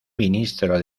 ministro